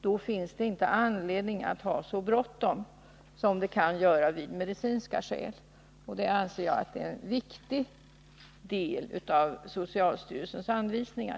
Då finns det inte anledning att ha så bråttom som det kan göra vid medicinska skäl. Det är en viktig del av socialstyrelsens anvisningar.